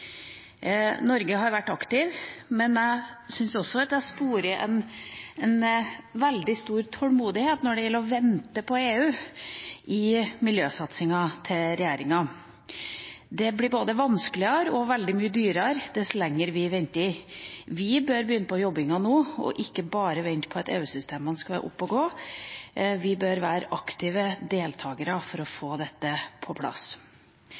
Norge har vært aktiv, men i miljøsatsingen til regjeringa syns jeg at jeg sporer en veldig stor tålmodighet når det gjelder å vente på EU. Det blir både vanskeligere og veldig mye dyrere dess lenger vi venter. Vi bør begynne på jobbingen nå og ikke bare vente på at EU-systemene skal være oppe å gå. Vi bør være aktive deltakere for å få dette på plass.